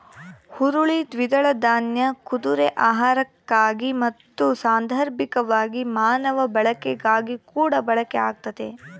ಹುರುಳಿ ದ್ವಿದಳ ದಾನ್ಯ ಕುದುರೆ ಆಹಾರಕ್ಕಾಗಿ ಮತ್ತು ಸಾಂದರ್ಭಿಕವಾಗಿ ಮಾನವ ಬಳಕೆಗಾಗಿಕೂಡ ಬಳಕೆ ಆಗ್ತತೆ